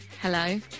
Hello